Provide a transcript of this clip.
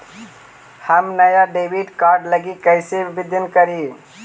हम नया debit card लागी कईसे आवेदन करी?